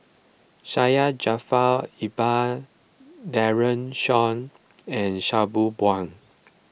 Syed Jaafar Albar Daren Shiau and Sabri Buang